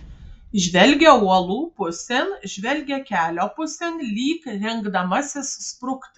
žvelgia uolų pusėn žvelgia kelio pusėn lyg rengdamasis sprukti